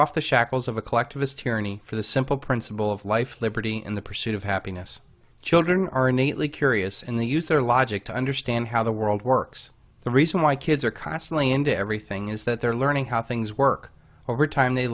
the shackles of a collectivist tyranny for the simple principle of life liberty and the pursuit of happiness children are innately curious in the use or logic to understand how the world works the reason why kids are constantly into everything is that they're learning how things work over time they